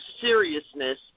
seriousness